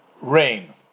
rain